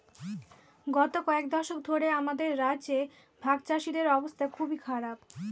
গত কয়েক দশক ধরে আমাদের রাজ্যে ভাগচাষীদের অবস্থা খুবই খারাপ